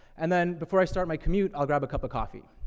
and then, before i start my commute, i'll grab a cup of coffee.